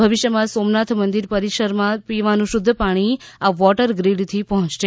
ભવિષ્યમાં સોમનાથ મંદીર પરીસરમાં પીવાનું શુધ્ધ પાણી આ વોટર ગ્રીડથી પહોચશે